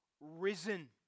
risen